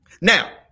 Now